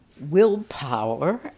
willpower